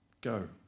Go